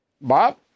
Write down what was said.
Bob